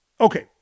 Okay